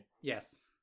Yes